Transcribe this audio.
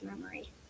memory